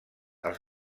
els